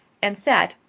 and sat,